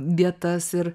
vietas ir